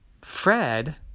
Fred